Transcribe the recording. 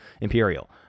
Imperial